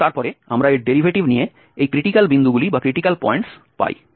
এবং তারপরে আমরা এর ডেরিভেটিভ নিয়ে এই ক্রিটিক্যাল বিন্দুগুলি পাই